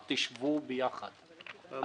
תשבו כדי להשפיע על התקנות.